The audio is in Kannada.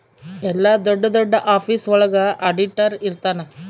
ಎಲ್ಲ ದೊಡ್ಡ ದೊಡ್ಡ ಆಫೀಸ್ ಒಳಗ ಆಡಿಟರ್ ಇರ್ತನ